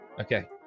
Okay